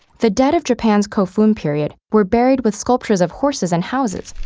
the dead of japan's kofun period were buried with sculptures of horses and houses,